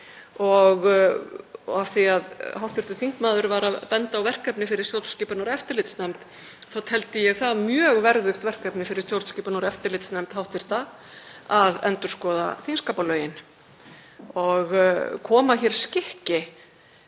Og af því að hv. þingmaður var að benda á verkefni fyrir stjórnskipunar- og eftirlitsnefnd þá teldi ég það mjög verðugt verkefni fyrir hv. stjórnskipunar- og eftirlitsnefnd að endurskoða þingskapalögin og koma betra skikki